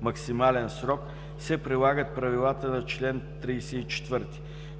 максимален срок се прилагат правилата на чл. 34.“